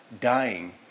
dying